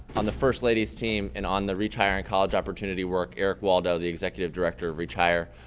on the first lady's team and on the reach higher and college opportunity work, eric waldo, the executive director of reach higher,